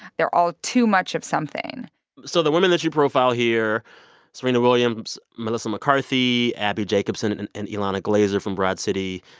they're all too much of something so the that you profile here serena williams, melissa mccarthy, abbi jacobson and and and ilana glazer from broad city,